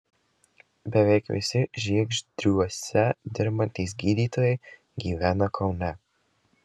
beveik visi žiegždriuose dirbantys gydytojai gyvena kaune